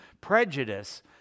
prejudice